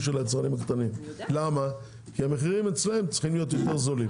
של היצרנים הקטנים כי המחירים אצלם צריכים להיות יותר זולים.